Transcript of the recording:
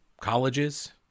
colleges